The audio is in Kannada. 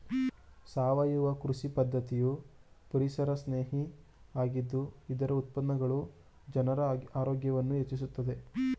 ಸಾವಯವ ಕೃಷಿ ಪದ್ಧತಿಯು ಪರಿಸರಸ್ನೇಹಿ ಆಗಿದ್ದು ಇದರ ಉತ್ಪನ್ನಗಳು ಜನರ ಆರೋಗ್ಯವನ್ನು ಹೆಚ್ಚಿಸುತ್ತದೆ